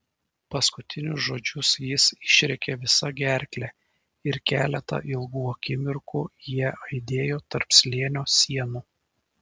paskutinius žodžius jis išrėkė visa gerkle ir keletą ilgų akimirkų jie aidėjo tarp slėnio sienų